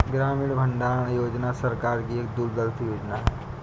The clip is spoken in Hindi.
ग्रामीण भंडारण योजना सरकार की एक दूरदर्शी योजना है